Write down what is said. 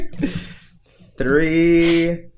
Three